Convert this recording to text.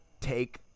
take